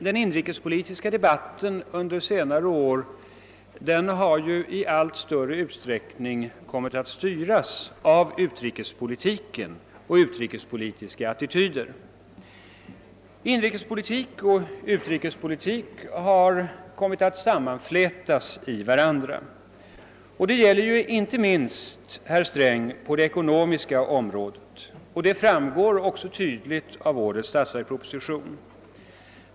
Den inrikespolitiska debatten under senare år har i allt större utsträckning kommit att styras av utrikespolitiken och utrikespolitiska attityder. Inrikespolitik och utrikespolitik har kommit att sammanflätas i varandra. Det gäller inte minst det ekonomiska området, såsom tydligt framgår av årets statsverksproposition.